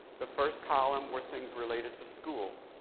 the first column were things related to school.